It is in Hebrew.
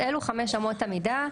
אלו חמש אמות המידה.